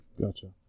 Gotcha